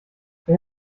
wenn